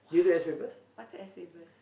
!wow! what's S papers